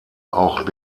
auch